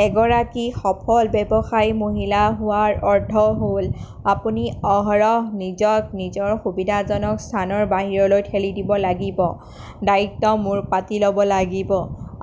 এগৰাকী সফল ব্যৱসায়ী মহিলা হোৱাৰ অৰ্থ হ'ল আপুনি অহৰহ নিজক নিজৰ সুবিধাজনক স্থানৰ বাহিৰলৈ ঠেলি দিব লাগিব দ্বায়িত্ব মূৰ পাতি ল'ব লাগিব